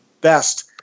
best